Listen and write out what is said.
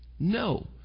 No